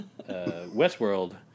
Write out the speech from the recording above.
Westworld